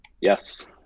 Yes